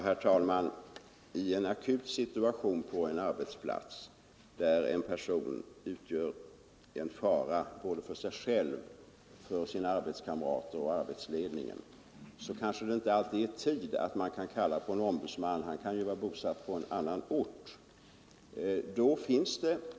Herr talman! I en akut situation på en arbetsplats, där en person utgör en fara för sig själv, sina arbetskamrater och arbetsledningen, har man inte alltid möjlighet att kalla på en ombudsman. Han kanske är bosatt på en annan ort.